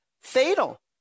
fatal